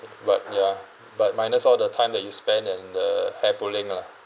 but ya but minus all the time that you spend and the hair pulling lah